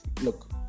Look